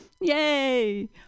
yay